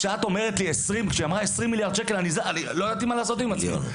כשאמרת לי 20 מיליארד שקל לא ידעתי מה לעשות עם עצמי.